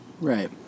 Right